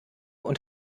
und